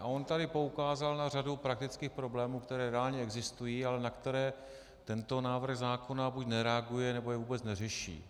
A on tady poukázal na řadu praktických problémů, které reálně existují, ale na které tento návrh zákona buď nereaguje, nebo je vůbec neřeší.